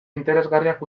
interesgarriak